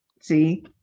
See